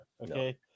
Okay